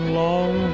long